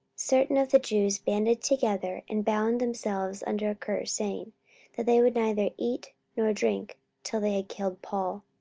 certain of the jews banded together, and bound themselves under a curse, saying that they would neither eat nor drink till they had killed paul.